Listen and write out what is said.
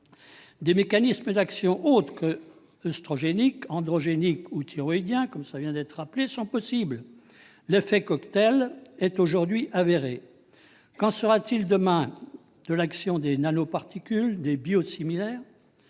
Des mécanismes d'action autres qu'oestrogéniques, androgéniques ou thyroïdiens sont possibles. L'effet « cocktail » est aujourd'hui avéré. Qu'en sera-t-il demain de l'action des nanoparticules et des biosimilaires ?